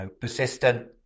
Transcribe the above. persistent